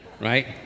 right